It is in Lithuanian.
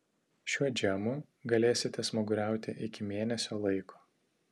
šiuo džemu galėsite smaguriauti iki mėnesio laiko